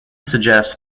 suggests